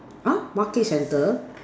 uh Market centre